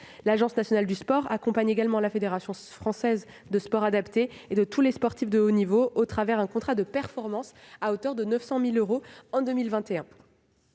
L'Agence nationale du sport accompagne également la Fédération française du sport adapté et tous ses sportifs de haut niveau au travers d'un contrat de performance, à hauteur de 900 000 euros en 2021.